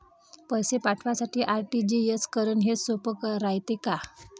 पैसे पाठवासाठी आर.टी.जी.एस करन हेच सोप रायते का?